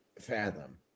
fathom